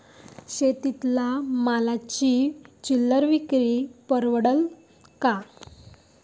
शेती मालाची चिल्लर विक्री परवडन का?